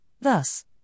thus